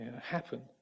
happen